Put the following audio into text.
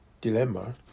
dilemma